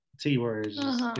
T-words